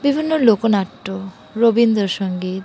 বিভিন্ন লোকনাট্য রবীন্দ্রসঙ্গীত